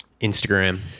Instagram